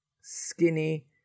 skinny